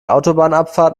autobahnabfahrt